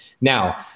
Now